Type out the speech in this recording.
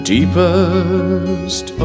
Deepest